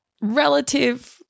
relative